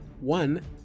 One